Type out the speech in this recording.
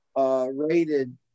Rated